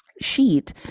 sheet